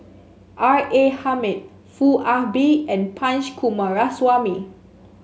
R A Hamid Foo Ah Bee and Punch Coomaraswamy